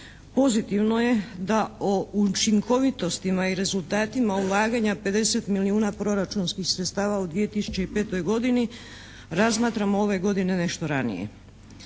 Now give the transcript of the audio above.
pozitivno je da o učinkovitostima i rezultatima ulaganja 50 milijuna proračunskih sredstava u 2005. godini razmatramo ove godine nešto ranije.